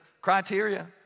criteria